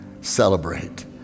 celebrate